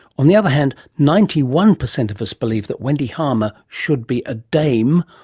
on the other hand ninety one percent of us believe that wendy harmer should be a dame,